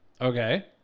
okay